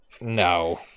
No